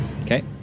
Okay